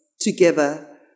together